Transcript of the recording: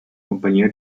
compagnia